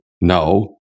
No